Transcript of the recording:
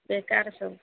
ବେକାର ସବୁ